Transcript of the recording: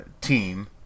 team